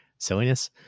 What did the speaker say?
silliness